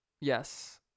Yes